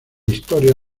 historia